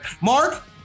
Mark